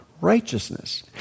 Righteousness